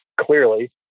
clearly